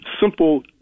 simple